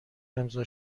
امضا